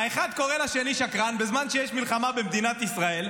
האחד קורא לשני שקרן בזמן שיש מלחמה במדינת ישראל,